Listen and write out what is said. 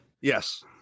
yes